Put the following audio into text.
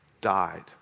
died